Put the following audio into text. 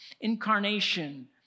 incarnation